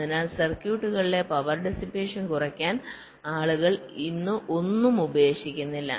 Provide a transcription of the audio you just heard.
അതിനാൽ സർക്യൂട്ടുകളിലെ power dissipation കുറയ്ക്കാൻ ആളുകൾ ഇന്ന് ഒന്നും ഉപേക്ഷിക്കുന്നില്ല